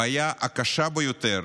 הבעיה הקשה ביותר